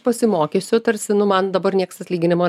pasimokysiu tarsi nu man dabar nieks atlyginimo